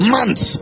Months